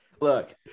Look